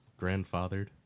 Grandfathered